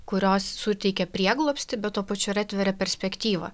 kurios suteikia prieglobstį bet tuo pačiu ir atveria perspektyvą